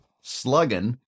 slugging